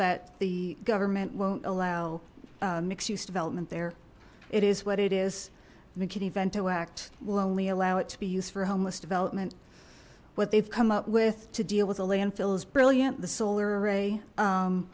that the government won't allow mixed use development there it is what it is mckinney vento act will only allow it to be used for homeless development what they've come up with to deal with a landfill is brilliant the solar array